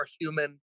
human